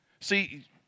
See